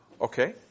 Okay